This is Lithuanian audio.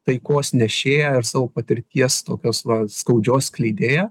taikos nešėją ir savo patirties tokios va skaudžios skleidėją